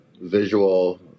visual